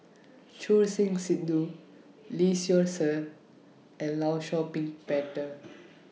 Choor Singh Sidhu Lee Seow Ser and law Shau Ping Peter